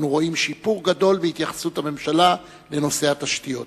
אנחנו רואים שיפור גדול בהתייחסות הממשלה לנושא התשתיות.